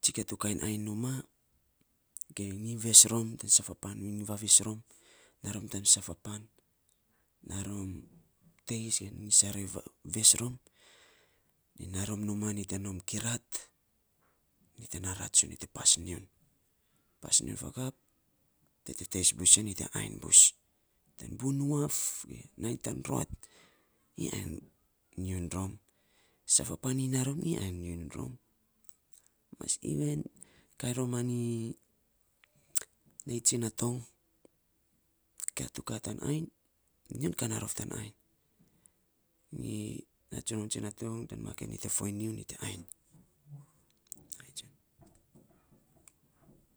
tsikia tu kain ainy numaa, ge nyi ves rom tan saf a pan nun vavis rom. Naa rom tan saf a pan, naa rom teis ge nyi sarei ves rom, nyi naa rom numaa nyi te nom kirat, nyi te naa ratsu nyi te pas nyiun, pas nyiun fakap, teis bus yanyi te ainy bus. Tan buiny nuaf ge nainy tan ruat nyi ainy nyiun rom, saf a pan nyi naa rom nyi ain nyiun rom nei tsinatong. Kia tu kaa tan ainy nyi ainy nyiun ka naa rof tan ainy. Nyi na tsun rom tsinatong nyi te foiny nyiun, nyiun te ainy ai tsun.